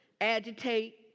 agitate